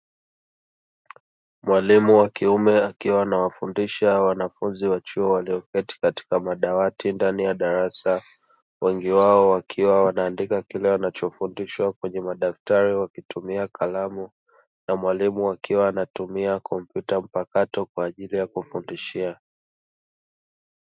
Mwalimu wa kiume akiwa anawafundisha wanafunzi wa chuo walioketi katika madawati ndani ya darasa, wengi wao wakiwa wanaandika kile wanachofundishwa kwenye madaftari wakitumia kalamu; na mwalimu akiwa anatumia kompyuta mpakato kwa ajili ya kufundishia.